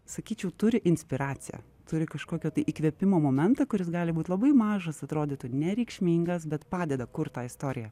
sakyčiau turi inspiraciją turi kažkokio tai įkvėpimo momentą kuris gali būt labai mažas atrodytų nereikšmingas bet padeda kurt tą istoriją